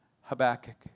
Habakkuk